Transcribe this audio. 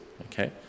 okay